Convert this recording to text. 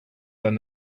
than